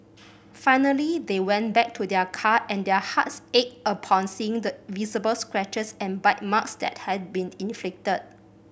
finally they went back to their car and their hearts ached upon seeing the visible scratches and bite marks that had been inflicted